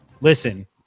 Listen